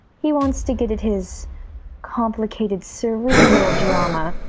he wants to get at his complicated cerebral drama,